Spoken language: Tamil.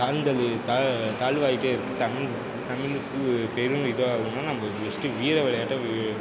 தாழ்ந்தது தான் தாழ்வாகிட்டே இருக்குது தமிழ் தமிழுக்கு பெரும் இதாக இருக்கணும்னா நம்ம ஃபஸ்ட்டு வீர விளையாட்டை